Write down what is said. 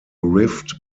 rift